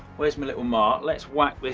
where's my little mark? let's whack